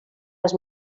els